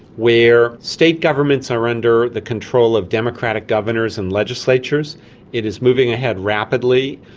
where state governments are under the control of democratic governors and legislators it is moving ahead rapidly.